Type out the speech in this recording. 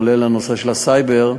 כולל הנושא של הסייבר.